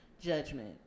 judgment